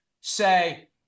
say